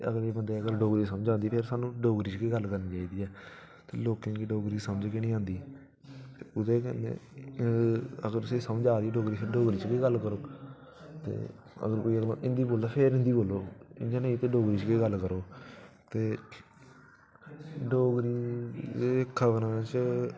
ते एह् हर बंदे गी समझ आंदी ते सानूं डोगरी च गै गल्ल करनी चाहिदी ऐ ते लोकें गी डोगरी समझ निं औंदी ते एह्दे कन्नै ते अगर तुसें गी समझ आवा दी ते तुस डोगरी चें गै गल्ल करो ते अगर ओह् हिंदी बोले ते फिर बोल्लो इंदे नै ते डोगरी चें गै गल्ल करो ते डोगरी एह् खबरें च